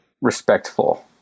respectful